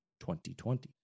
2020